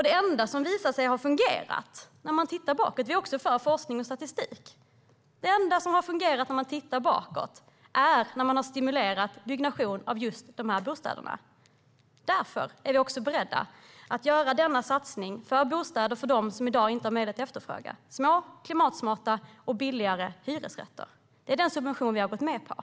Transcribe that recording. Det enda som visar sig ha fungerat när man tittar bakåt - vi är också för forskning och statistik - är stimulans av byggnation av just de här bostäderna. Därför är vi också beredda att göra denna satsning på bostäder för dem som i dag inte har möjlighet att efterfråga små, klimatsmarta och billigare hyresrätter. Det är den subvention vi har gått med på.